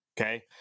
Okay